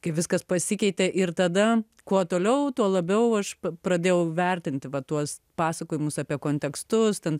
kaip viskas pasikeitė ir tada kuo toliau tuo labiau aš pradėjau vertinti va tuos pasakojimus apie kontekstus ten